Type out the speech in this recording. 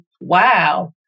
wow